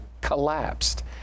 collapsed